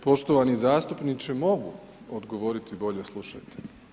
Poštovani zastupniče mogu odgovoriti bolje slušajte.